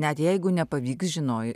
net jeigu nepavyks žinoji